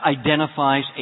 identifies